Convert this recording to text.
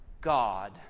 God